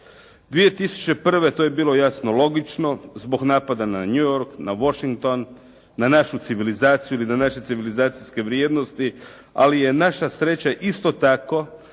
2001. to je bilo jasno logično, zbog napada na New York, na Washington, na našu civilizaciju ili na naše civilizacijske vrijednosti ali je naša sreća isto tako